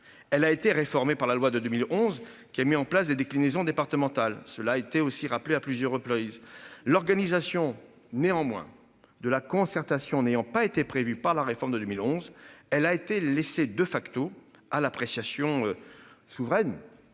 Elle a été réformée par la loi de 2011 qui a mis en place des déclinaisons départementales. Cela été aussi rappelé à plusieurs reprises l'organisation néanmoins de la concertation n'ayant pas été prévu par la réforme de 2011, elle a été laissé de facto à l'appréciation. Souveraine,